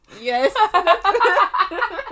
yes